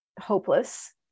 hopeless